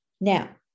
Now